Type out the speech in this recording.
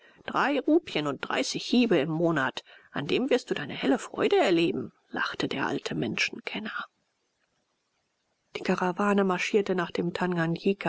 drei rupien und dreißig hiebe im monat an dem wirst du deine helle freude erleben lachte der alte menschenkenner die karawane marschierte nach dem